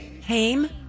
Haim